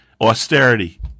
austerity